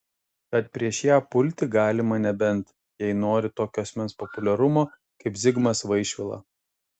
tad prieš ją pulti galima nebent jei nori tokio asmens populiarumo kaip zigmas vaišvila